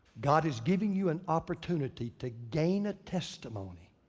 god is giving you an opportunity to gain a testimony.